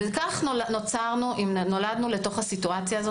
כך נולדנו למצב הזה,